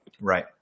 right